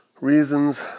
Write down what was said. Reasons